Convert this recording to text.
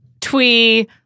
twee